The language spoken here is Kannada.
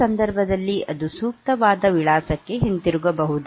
ಈ ಸಂದರ್ಭದಲ್ಲಿ ಅದು ಸೂಕ್ತವಾದ ವಿಳಾಸಕ್ಕೆ ಹಿಂತಿರುಗಬಹುದು